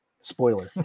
Spoiler